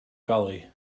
gully